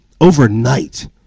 overnight